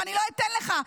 ואני לא אתן לך,